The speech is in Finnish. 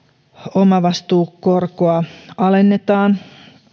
omavastuukorkoa alennetaan